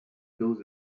those